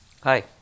Hi